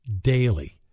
daily